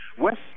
West